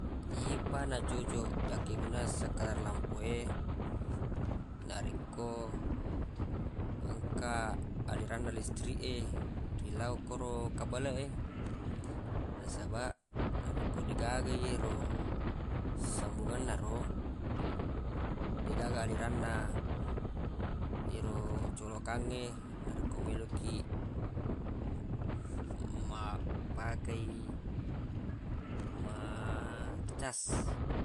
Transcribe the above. Yepa na cocoq yakkegunnang sakelar lampu e narekko engka aliranna listrik e ri lau okkoro kabaleq e nasabaq narekko deq gaga yero sambungenna ro deq gaga aliranna ero colokangnge narekko meloq kiq ma pakei ma cas